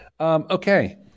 Okay